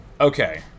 Okay